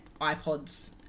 iPods